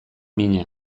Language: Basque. mina